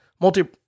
multi